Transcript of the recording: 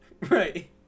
right